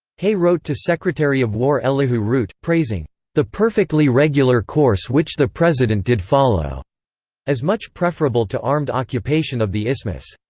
hay wrote to secretary of war elihu root, praising the perfectly regular course which the president did follow as much preferable to armed occupation of the isthmus.